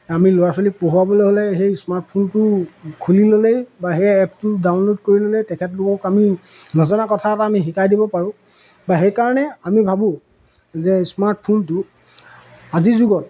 আমি ল'ৰা ছোৱালীক পঢ়োৱাবলৈ হ'লে সেই স্মাৰ্টফোনটো খুলি ল'লেই বা সেই এপটো ডাউনলোড কৰি ল'লে তেখেতলোকক আমি নজনা কথা এটা আমি শিকাই দিব পাৰোঁ বা সেইকাৰণে আমি ভাবোঁ যে স্মাৰ্টফোনটো আজিৰ যুগত